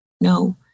no